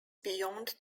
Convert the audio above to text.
beyond